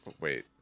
Wait